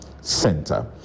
Center